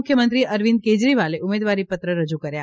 મુખ્યમંત્રી અરવિંદ કેજરીવાલે ઉમેદવારીપત્ર રજૂ કર્યા